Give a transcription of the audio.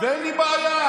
ואין לי בעיה.